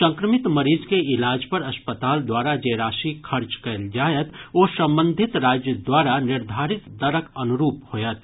संक्रमित मरीज के इलाज पर अस्पताल द्वारा जे राशि खर्च कयल जायत ओ संबंधित राज्य द्वारा निर्धारित दरक अनुरूप होयत